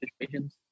situations